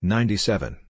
Ninety-seven